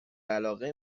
علاقه